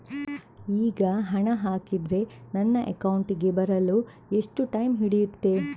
ಈಗ ಹಣ ಹಾಕಿದ್ರೆ ನನ್ನ ಅಕೌಂಟಿಗೆ ಬರಲು ಎಷ್ಟು ಟೈಮ್ ಹಿಡಿಯುತ್ತೆ?